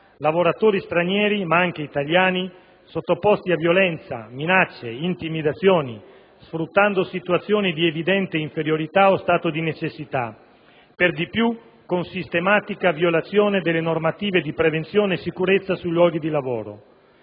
Lavoratori stranieri, ma anche italiani, sono sottoposti a violenza, minacce, intimidazioni, sfruttando situazioni di evidente inferiorità o di stato di necessità, per di più con sistematica violazione delle normative di prevenzione e sicurezza sui luoghi di lavoro.